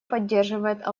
поддерживает